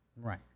Right